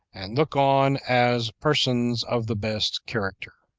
and look on as persons of the best character.